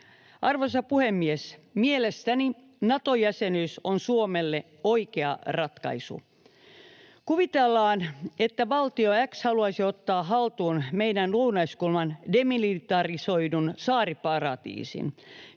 Arvoisa puhemies! Mielestäni Nato-jäsenyys on Suomelle oikea ratkaisu. Kuvitellaan, että valtio x haluaisi ottaa haltuun meidän lounaiskulman demilitarisoidun saariparatiisin.